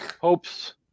Hope's